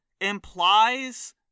implies